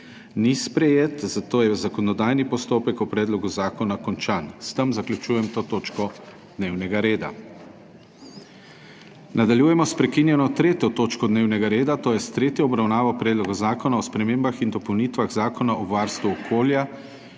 ni sprejel, zato je zakonodajni postopek o predlogu zakona končan. S tem zaključujem to točko dnevnega reda. Nadaljujemo s prekinjeno 2. točko dnevnega reda, to je s tretjo obravnavo Predloga zakona o spremembah in dopolnitvah Zakona o urejanju